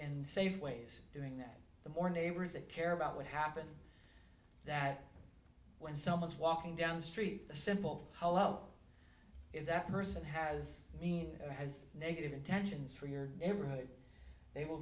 and safeway's doing that the more neighbors that care about what happened that when someone's walking down the street a simple hello if that person has mean has negative intentions for your neighborhood they will